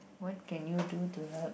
what can you do to help